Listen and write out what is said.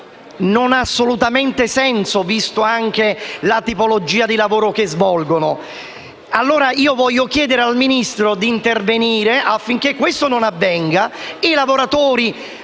non ha assolutamente senso, vista anche la tipologia di lavoro che svolgono. Voglio allora chiedere al Ministro di intervenire affinché questo non accada e i lavoratori